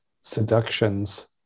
seductions